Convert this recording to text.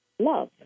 Love